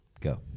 Go